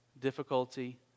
difficulty